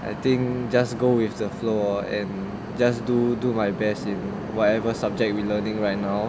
I think just go with the flow lor and just do do my best in whatever subject we learning right now